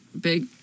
big